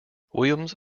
williams